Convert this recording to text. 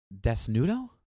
Desnudo